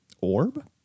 orb